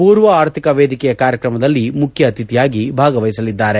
ಪೂರ್ವ ಆರ್ಥಿಕ ವೇದಿಕೆಯ ಕಾರ್ಯಕ್ರಮದಲ್ಲಿ ಮುಖ್ಯ ಅತಿಥಿಯಾಗಿ ಭಾಗವಹಿಸಲಿದ್ದಾರೆ